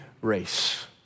race